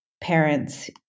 parents